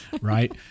right